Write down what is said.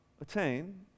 attain